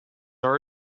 are